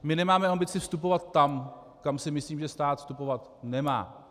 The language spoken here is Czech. My nemáme ambici vstupovat tam, kam si myslím, že stát vstupovat nemá.